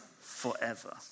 forever